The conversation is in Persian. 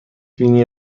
بینی